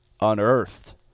unearthed